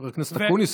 חבר הכנסת אקוניס,